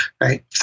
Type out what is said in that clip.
right